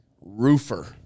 roofer